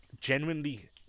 genuinely